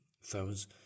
phones